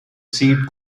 seed